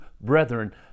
brethren